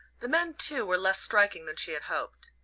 the men, too, were less striking than she had hoped.